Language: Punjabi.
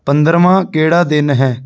ਪੰਦਰਵਾਂ ਕਿਹੜਾ ਦਿਨ ਹੈ